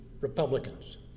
Republicans